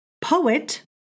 poet